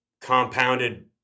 compounded